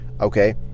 okay